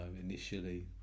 initially